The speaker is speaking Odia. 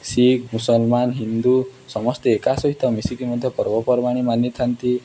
ଶିଖ୍ ମୁସଲମାମ୍ ହିନ୍ଦୁ ସମସ୍ତେ ଏକା ସହିତ ମିଶିକି ମଧ୍ୟ ପର୍ବପର୍ବାଣି ମାନିଥାନ୍ତି